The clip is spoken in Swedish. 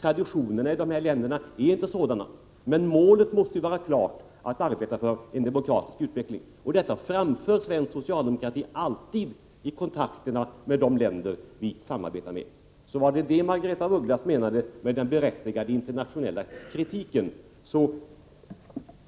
Traditionerna i de länder det gäller är inte sådana. Men målet att arbeta för en demokratisk utveckling måste vara klart. Detta framförs också alltid från företrädare för svensk socialdemokrati i kontakterna med de länder som vi samarbetar med. Var det detta som Margaretha af Ugglas menade med talet om den berättigade internationella kritiken,